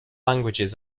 languages